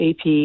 AP